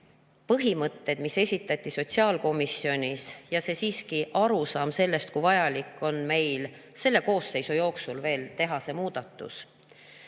põhimõtete eest, mis esitati sotsiaalkomisjonis, ja selle arusaama eest, kui vajalik on meil selle koosseisu jooksul veel teha see muudatus.